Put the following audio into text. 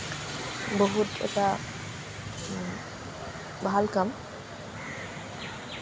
বহুত এটা ভাল কাম